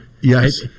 Yes